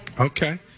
Okay